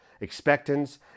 expectance